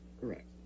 correct